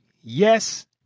Yes